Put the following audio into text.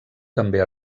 també